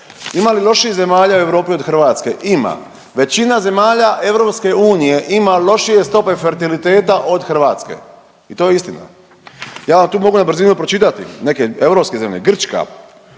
Ima li lošijih zemalja u Europi od Hrvatske? Ima. Većina zemalja EU ima lošije stope fertiliteta od Hrvatske i to je istina. Ja vam tu mogu na brzinu pročitati neke europske zemlje Grčka,